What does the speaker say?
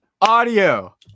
audio